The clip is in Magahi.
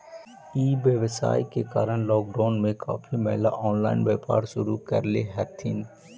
ई व्यवसाय के कारण लॉकडाउन में काफी महिला ऑनलाइन व्यापार शुरू करले हथिन